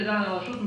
לדעת הרשות,